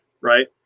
right